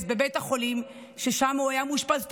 בבית החולים שבו הוא היה מאושפז תמיד.